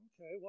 okay